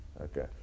okay